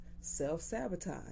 Self-sabotage